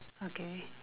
okay